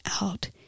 out